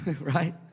Right